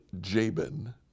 Jabin